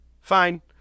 Fine